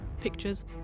pictures